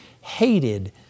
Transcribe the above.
hated